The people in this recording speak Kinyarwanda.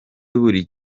buri